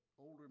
older